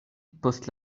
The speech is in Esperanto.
post